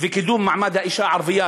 וקידום מעמד האישה הערבייה.